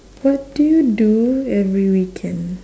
what do you do every weekend